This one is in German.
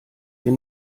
ihr